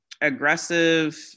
aggressive